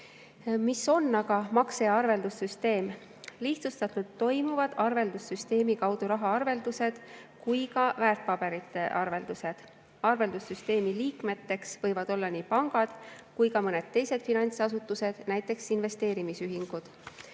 on aga makse‑ ja arveldussüsteem? Lihtsustatult öeldes toimuvad arveldussüsteemi kaudu nii rahaarveldused kui ka väärtpaberiarveldused. Arveldussüsteemi liikmeteks võivad olla nii pangad kui ka mõned teised finantsasutused, näiteks investeerimisühingud.